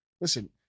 Listen